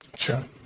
sure